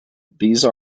these